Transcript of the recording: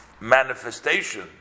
manifestation